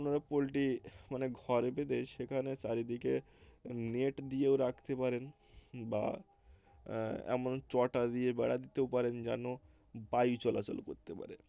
প পোলট্রি মানে ঘরে বেঁধে সেখানে চারিদিকে নেট দিয়েও রাখতে পারেন বা এমন চটা দিয়ে বেড়া দিতেও পারেন যেন বায়ু চলাচল করতে পারে